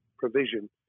provision